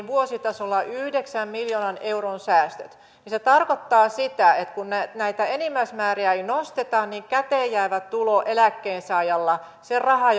vuositasolla yhdeksän miljoonan euron säästöt niin se tarkoittaa sitä että kun näitä enimmäismääriä ei nosteta niin käteenjäävä tulo eläkkeensaajalla se raha